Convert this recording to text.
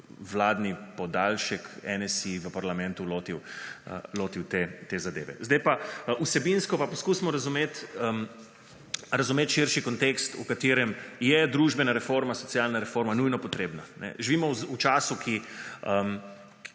vladni podaljšek NSi v parlamentu lotil te zadeve. Vsebinsko pa poskusimo razumeti širši kontekst, v katerem je družbena reforma, socialna reforma nujno potrebna. Živimo v času, v